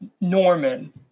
Norman